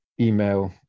email